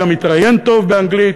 וגם מתראיין טוב באנגלית,